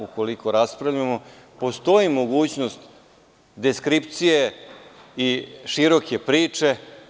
Ukoliko raspravljamo postoji mogućnost deskripcije i široke priče.